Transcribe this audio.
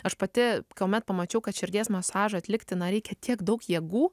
aš pati kuomet pamačiau kad širdies masažą atlikti na reikia tiek daug jėgų